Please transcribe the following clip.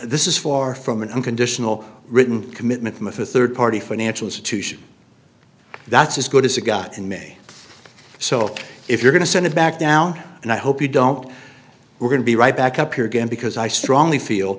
this is far from an unconditional written commitment from a rd party financial institution that's as good as it got in may so if you're going to send it back down and i hope you don't we're going to be right back up here again because i strongly feel